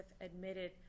admitted